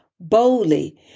boldly